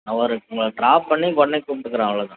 ஹவருக்குங்களா drop பண்ணி உடனே கூப்பிட்டுக்குறேன் அவ்வளோதான்